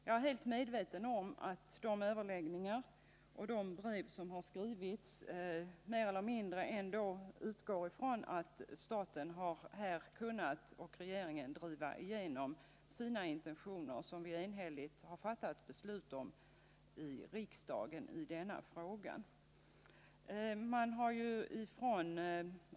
Jag är helt medveten om att man i de överläggningar som hållits och i de brev som skrivits ändå mer eller mindre har utgått från att staten och regeringen skulle kunna genomdriva sina intentioner i denna fråga, om vilka vi enhälligt fattat beslut i riksdagen.